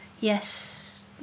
yes